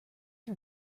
are